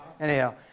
Anyhow